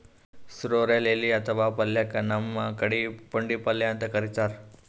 sorrel ಎಲಿ ಅಥವಾ ಪಲ್ಯಕ್ಕ್ ನಮ್ ಕಡಿ ಪುಂಡಿಪಲ್ಯ ಅಂತ್ ಕರಿತಾರ್